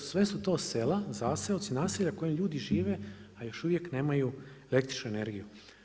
Sve su to sela, zaseoci, naselja u kojima ljudi žive a još uvijek nemaju električnu energiju.